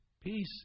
peace